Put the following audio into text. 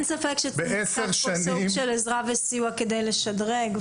ספק שיידרשו עזרה וסיוע כדי לשדרג.